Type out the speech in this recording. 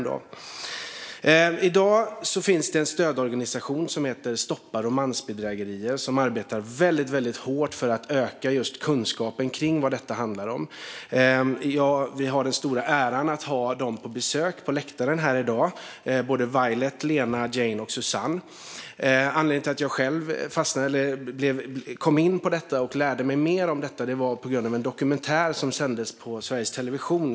I dag finns en stödorganisation som heter Stoppa Romansbedrägerier och som arbetar hårt för att öka kunskapen om vad detta handlar om. Vi har den stora äran att ha dem på besök på läktaren här i dag - Violet, Lena, Jane och Susanne. Anledningen till att jag fastnade för eller kom in på detta och lärde mig mer om det är en dokumentär som sändes på Sveriges Television.